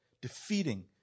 defeating